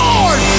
Lord